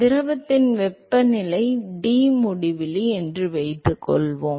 திரவத்தின் வெப்பநிலை டி முடிவிலி என்று வைத்துக்கொள்வோம்